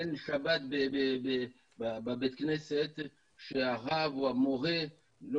אין שבת בבית הכנסת שהרב או המורה לא